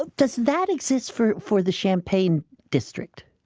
but does that exist for for the champagne district?